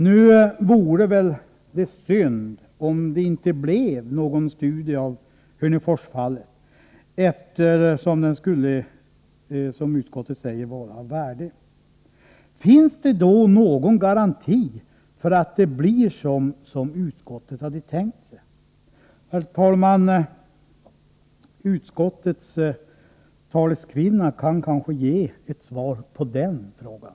Nu vore det väl synd om det inte blev någon studie beträffande Hörneforsfallet, eftersom en sådan studie, som utskottet skriver, skulle vara av värde. Finns det då någon garanti för att det blir så som utskottet har tänkt sig? Herr talman! Utskottets talesman kan kanske ge svar på den frågan.